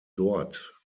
dort